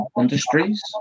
industries